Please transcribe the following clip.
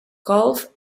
gulf